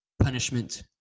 punishment